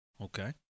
Okay